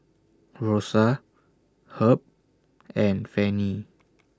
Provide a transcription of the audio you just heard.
Rosa Herb and Fannie